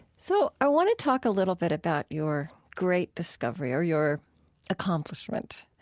so i want to talk a little bit about your great discovery, or your accomplishment.